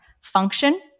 function